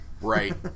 Right